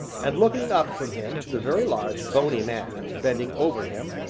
and, looking up from him to the very large, bony man, bending over him,